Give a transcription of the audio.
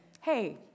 hey